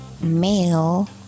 male